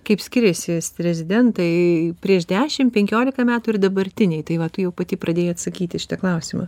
kaip skiriasi rezidentai prieš dešim penkiolika metų ir dabartiniai tai va tu jau pati pradėjai atsakyti į šitą klausimą